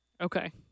okay